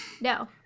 No